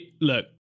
look